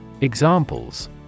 Examples